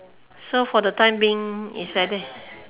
so for the time being is like that